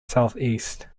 southeast